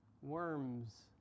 Worms